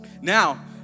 Now